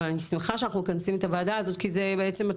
אבל אני שמחה שאנחנו מכנסים את הוועדה כי זה בעצם,